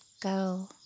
go